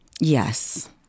Yes